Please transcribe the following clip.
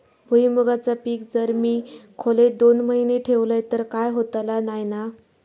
भुईमूगाचा पीक जर मी खोलेत दोन महिने ठेवलंय तर काय होतला नाय ना?